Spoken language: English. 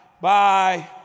Bye